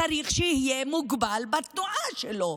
צריך שיהיה מוגבל בתנועה שלו,